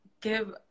give